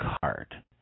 card